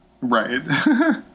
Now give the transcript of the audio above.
Right